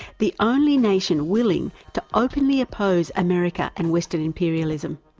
the only nation willing to openly oppose america and western imperialism.